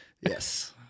Yes